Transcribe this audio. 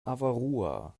avarua